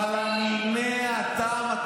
אבל אניני הטעם,